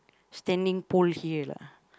standing pole here lah